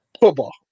football